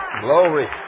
Glory